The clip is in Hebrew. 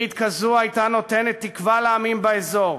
ברית כזו הייתה נותנת תקווה לעמים באזור.